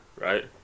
right